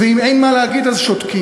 ואם אין מה להגיד אז שותקים,